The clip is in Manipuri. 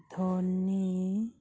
ꯙꯣꯅꯤ